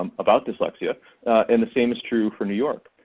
um about dyslexia and the same is true for new york.